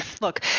look